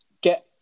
get